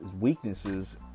weaknesses